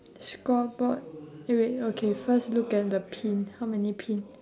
scoreboard eh wait okay first look at the pin how many pin